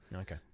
Okay